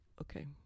okay